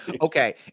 Okay